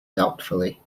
doubtfully